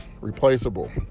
replaceable